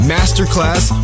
Masterclass